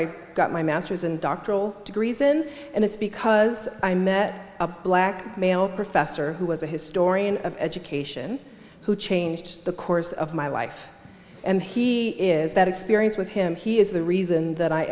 i got my master's in doctoral degrees in and it's because i met a black male professor who was a historian of education who changed the course of my life and he is that experience with him he is the reason that i